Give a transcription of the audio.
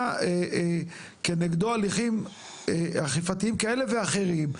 כנגדו הליכים אכיפתיים כאלה ואחרים,